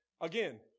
Again